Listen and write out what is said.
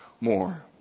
more